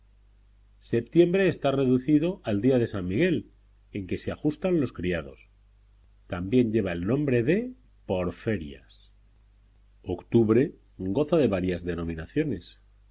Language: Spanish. septiembre está reducido al día de san miguel en que se ajustan los criados también lleva el nombre de por ferias octubre goza de varias denominaciones